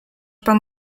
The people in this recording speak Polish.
pan